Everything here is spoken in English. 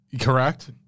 Correct